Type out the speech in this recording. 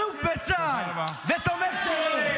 אלוף בצה"ל ותומך טרור.